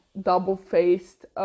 double-faced